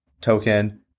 token